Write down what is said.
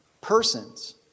persons